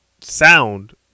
sound